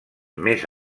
més